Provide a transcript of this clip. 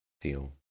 feel